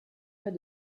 pas